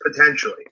potentially